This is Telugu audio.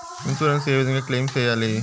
ఇన్సూరెన్సు ఏ విధంగా క్లెయిమ్ సేయాలి?